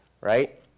right